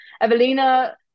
Evelina